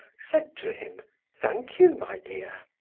said to him thank you, my dear!